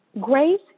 Grace